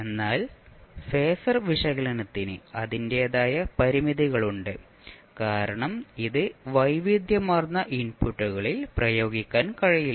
എന്നാൽ ഫേസർ വിശകലനത്തിന് അതിന്റേതായ പരിമിതികളുണ്ട് കാരണം ഇത് വൈവിധ്യമാർന്ന ഇൻപുട്ടുകളിൽ പ്രയോഗിക്കാൻ കഴിയില്ല